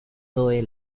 zoe